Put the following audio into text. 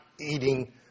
eating